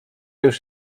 już